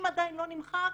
אם עדיין לא נמחק,